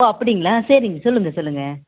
ஓ அப்படிங்களா சரிங்க சொல்லுங்கள் சொல்லுங்கள்